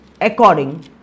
according